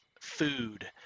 Food